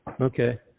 Okay